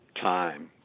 time